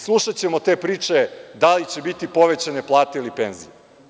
Slušaćemo te priče da li će biti povećane plate ili penzije.